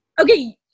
Okay